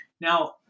Now